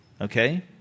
okay